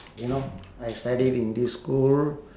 you know I studied in this school